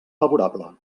favorable